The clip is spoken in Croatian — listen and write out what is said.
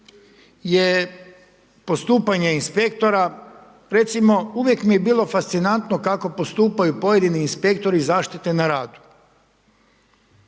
je postupanje inspektora, recimo uvijek mi je bilo fascinantno, kako postupaju pojedini inspektori zaštite na radu.